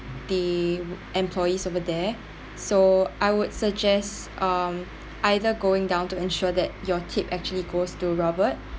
the employees over there so I would suggest uh either going down to ensure that your tip actually goes to robert